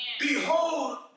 Behold